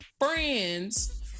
Friends